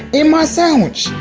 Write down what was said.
in my sandwich!